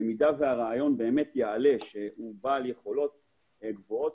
במידה והראיון יעלה שהוא בעל יכולות גבוהות